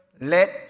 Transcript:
let